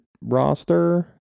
roster